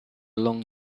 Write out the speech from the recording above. long